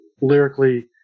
lyrically